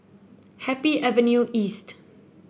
Happy Avenue East